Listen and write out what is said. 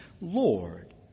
Lord